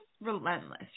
relentless